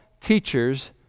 teachers